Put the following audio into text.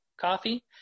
Coffee